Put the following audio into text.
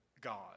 God